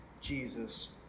Jesus